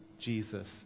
Jesus